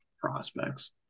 prospects